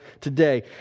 today